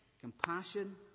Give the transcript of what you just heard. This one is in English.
Compassion